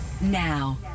Now